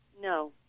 No